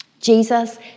Jesus